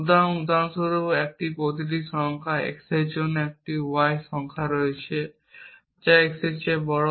সুতরাং উদাহরণস্বরূপ প্রতিটি সংখ্যা x এর জন্য একটি y সংখ্যা রয়েছে যা x থেকে বড়